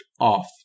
off